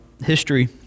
history